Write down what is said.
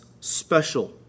special